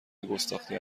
گستاخی